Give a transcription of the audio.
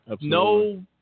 no